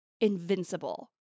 invincible